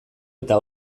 eta